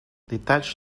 detach